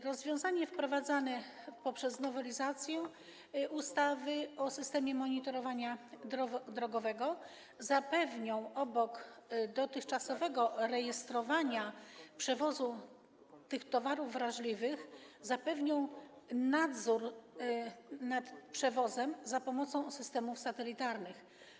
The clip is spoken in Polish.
Rozwiązania wprowadzane poprzez nowelizację ustawy o systemie monitorowania drogowego przewozu towarów obok dotychczasowego rejestrowania przewozu tych towarów wrażliwych zapewnią nadzór nad przewozem za pomocą systemów satelitarnych.